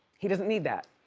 he doesn't need that.